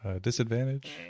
Disadvantage